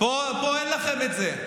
פה אין לכם את זה.